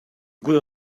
good